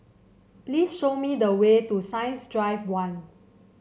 please show me the way to Science Drive One